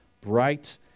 bright